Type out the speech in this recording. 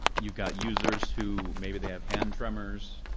you've got users who. maybe they have hand tremors.